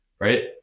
right